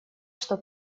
что